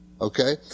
Okay